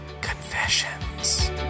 Confessions